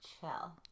chill